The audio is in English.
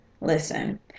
Listen